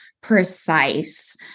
precise